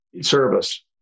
service